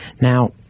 Now